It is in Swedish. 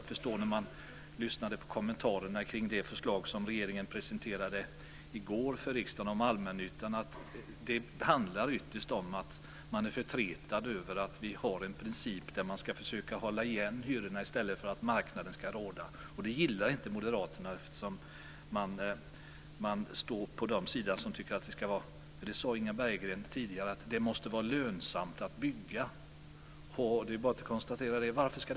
När jag lyssnade på kommentarerna till det förslag som regeringen presenterade i går för riksdagen om allmännyttan, kunde jag förstå att det ytterst handlar om att man är förtretad över att vi har en princip där vi ska försöka hålla igen hyrorna i stället för att marknaden ska råda. Det gillar inte Moderaterna. Inga Berggren sade tidigare att det måste vara lönsamt att bygga. Varför ska det vara det?